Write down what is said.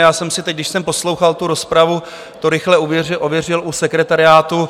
Já jsem si teď, když jsem poslouchal tu rozpravu, to rychle ověřil u sekretariátu.